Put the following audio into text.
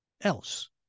else